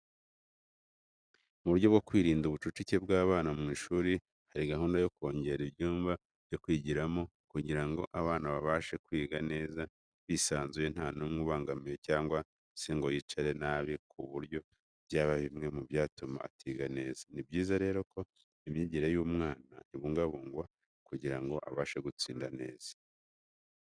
Mu buryo bwo kwirinda ubucucike bw'abana mu ishuri hari gahunda yo kongera ibyumba byo kwigiramo kugira ngo abana babashe kwiga neza bisanzuye nta numwe ubangamiwe cyangwa se ngo yicare nabi ku buryo byaba bimwe mu byatuma atiga neza. Ni byiza rero ko imyigire y'umwana ibungabungwa kugira ngo abashe gutsinda neza.